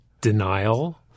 denial